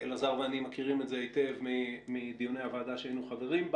אלעזר ואני מכירים את זה היטב מדיוני הוועדה בה היינו חברים.